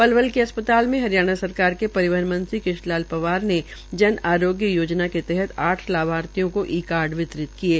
पलवल के अस्पताल में हरियाणा सरकार के परिवहन मंत्री कृष्ण लाल पंवार ने जन आरोग्य योजना के तहत आठ लाभार्थियों को ई कार्ड वितरित किये